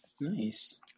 Nice